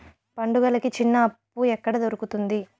పండుగలకి చిన్న అప్పు ఎక్కడ దొరుకుతుంది